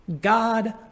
God